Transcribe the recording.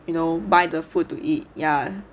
you know buy the food to eat ya